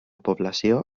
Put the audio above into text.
població